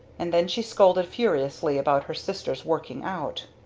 and then she scolded furiously about her sister's working out.